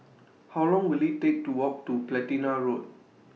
How Long Will IT Take to Walk to Platina Road